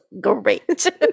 great